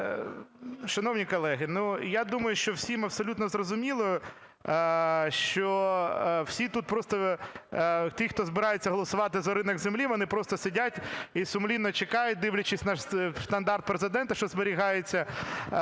Шановні колеги, я думаю, що всім абсолютно зрозуміло, що всі тут... Просто ті, хто збираються голосувати за ринок землі, вони просто сидять і сумлінно чекають, дивлячись на штандарт Президента, що зберігається